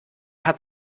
hat